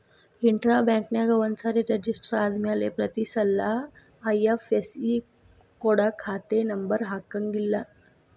intra ಬ್ಯಾಂಕ್ನ್ಯಾಗ ಒಂದ್ಸರೆ register ಆದ್ಮ್ಯಾಲೆ ಪ್ರತಿಸಲ ಐ.ಎಫ್.ಎಸ್.ಇ ಕೊಡ ಖಾತಾ ನಂಬರ ಹಾಕಂಗಿಲ್ಲಾ